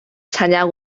参加